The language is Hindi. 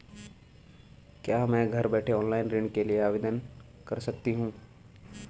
क्या मैं घर बैठे ऑनलाइन ऋण के लिए आवेदन कर सकती हूँ?